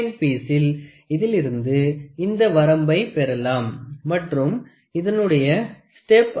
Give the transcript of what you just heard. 49 பீசில் இதிலிருந்தே இந்த வரம்பை பெறலாம் மற்றும் இதனுடைய ஸ்டேப் அளவு 1